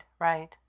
right